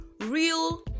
real